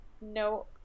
No